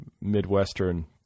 Midwestern